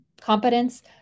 competence